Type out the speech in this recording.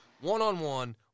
One-on-one